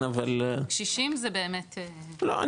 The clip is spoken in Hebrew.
קשישים זה באמת- -- לא,